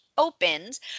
opened